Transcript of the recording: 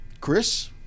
Chris